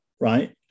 Right